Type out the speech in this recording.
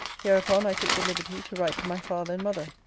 hereupon i took the liberty to write to my father and mother.